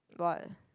what